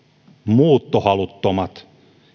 muuttohaluttomat